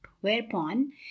whereupon